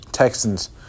Texans